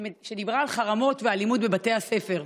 שדיברה על חרמות ואלימות בבתי הספר.